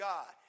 God